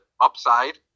upside